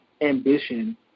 ambition